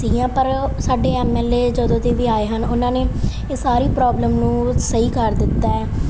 ਸੀਗੀਆਂ ਪਰ ਸਾਡੇ ਐਮ ਐਲ ਏ ਜਦੋਂ ਦੇ ਵੀ ਆਏ ਹਨ ਉਹਨਾਂ ਨੇ ਇਹ ਸਾਰੀ ਪ੍ਰੋਬਲਮ ਨੂੰ ਸਹੀ ਕਰ ਦਿੱਤਾ